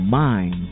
mind